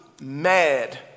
Mad